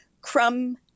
crumb